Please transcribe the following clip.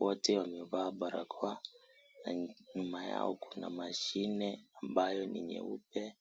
Wote wamevaa barakoa na nyuma yao kuna mashine ambayo ni nyeupe